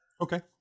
Okay